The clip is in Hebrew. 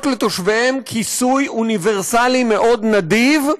לתושביהן כיסוי אוניברסלי מאוד נדיב,